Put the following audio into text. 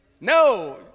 No